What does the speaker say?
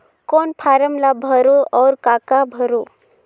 कौन फारम ला भरो और काका भरो?